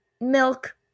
milk